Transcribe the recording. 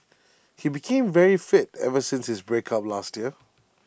he became very fit ever since his breakup last year